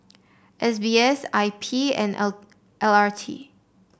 S B S I P and L R T